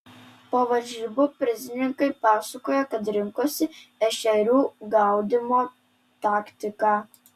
po varžybų prizininkai pasakojo kad rinkosi ešerių gaudymo taktiką